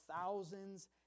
thousands